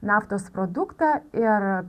naftos produktą ir